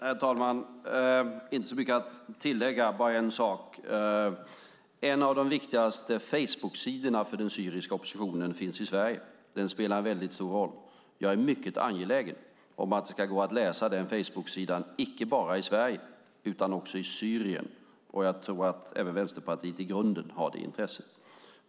Herr talman! Jag har inte så mycket att tillägga - bara en sak. En av de viktigaste Facebooksidorna för den syriska oppositionen finns i Sverige. Den spelar en stor roll. Jag är mycket angelägen om att det ska gå att läsa denna sida icke bara i Sverige utan också i Syrien. Jag tror att även Vänsterpartiet i grunden har det intresset.